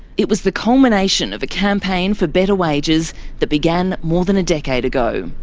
it was the culmination of a campaign for better wages that began more than a decade ago.